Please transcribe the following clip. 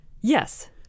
Yes